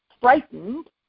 frightened